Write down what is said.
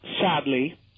sadly